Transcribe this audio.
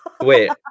Wait